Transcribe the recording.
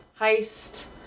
heist